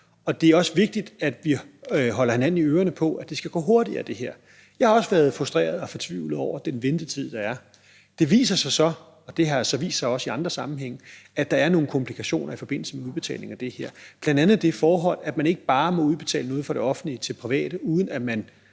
Og det er også vigtigt, at vi holder hinanden i ørerne, i forhold til at det her skal gå hurtigere. Jeg har også været frustreret og fortvivlet over den ventetid, der er. Det viser sig så – og det har altså også vist sig i andre sammenhænge – at der er nogle komplikationer i forbindelse med udbetalingen af det her. Bl.a. er der det forhold, at man ikke bare må udbetale noget fra det offentlige til det private, uden at man